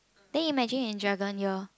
then imagine in dragon year